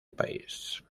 país